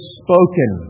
spoken